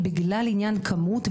בגלל עניין הכמות.